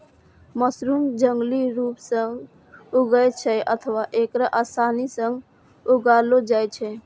mushroom जंगली रूप सं उगै छै अथवा एकरा आसानी सं उगाएलो जाइ छै